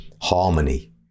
harmony